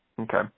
Okay